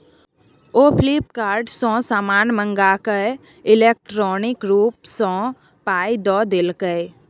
ओ फ्लिपकार्ट सँ समान मंगाकए इलेक्ट्रॉनिके रूप सँ पाय द देलकै